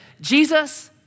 Jesus